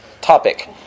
topic